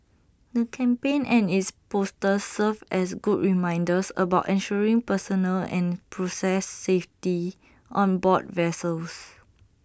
the campaign and its posters serve as good reminders about ensuring personal and process safety on board vessels